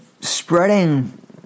spreading